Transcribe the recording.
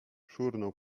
szurnął